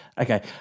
Okay